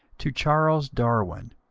to charles darwin,